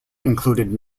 included